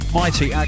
mighty